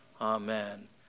Amen